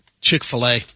Chick-fil-A